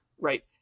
Right